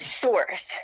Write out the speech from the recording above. source